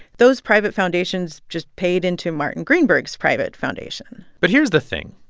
those private foundations just paid into martin greenberg's private foundation but here's the thing.